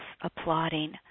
applauding